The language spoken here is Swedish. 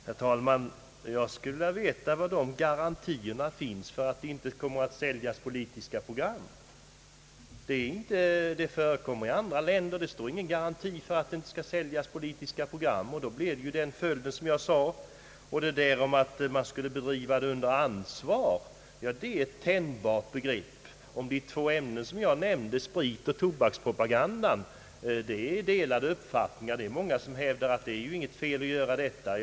Herr talman! Jag skulle vilja veta var garantierna finns för att det inte kommer att säljas politiska program i kommersiell TV. Sådant förekommer i andra länder. Det står ingen garanti för att det inte skall säljas politiska program. Då blir följden den som jag nämnde. Regeln att verksamheten skall bedrivas under ansvar är ett tänjbart begrepp. De två ämnen som jag nämnde — Spritoch tobakspropaganda — råder det delade meningar om. Många hävdar att det inte är något fel i att bedriva sådan propaganda.